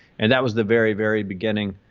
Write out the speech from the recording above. and that was the very, very beginning.